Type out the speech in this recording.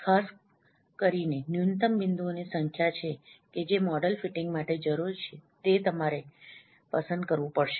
ખાસ કરીને ન્યૂનતમ બિંદુઓની સંખ્યા છે કે જે મોડલ ફીટીંગ માટે જરૂરી છે જે તમારે પસંદ કરવું પડશે